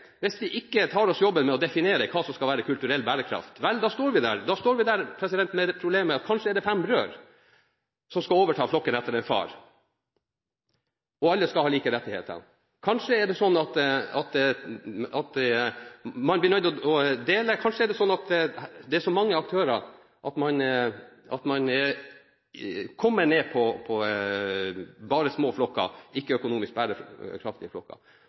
tar oss jobben med å definere hva som skal være kulturell bærekraft, vel, da står vi der med det problemet at det kanskje er fem brødre som skal overta flokken etter en far, og alle skal ha like rettigheter. Kanskje er det sånn at man blir nødt til å dele, kanskje er det sånn at det er så mange aktører at man kommer ned på bare små flokker – ikke økonomisk bærekraftige flokker.